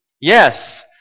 Yes